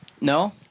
No